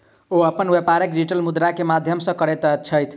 ओ अपन व्यापार डिजिटल मुद्रा के माध्यम सॅ करैत छथि